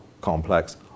complex